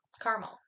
caramel